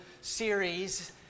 series